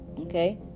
okay